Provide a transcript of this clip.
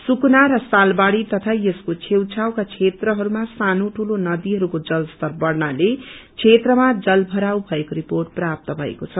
सुकना र सालबाड़ी तया यसको छेउछउको बेत्रहरूमा सानु ठूलो नदिहरूको जलस्तर बढ़नाले बेत्रमा जल भराव भएको रिर्पोट प्राप्त भएको छ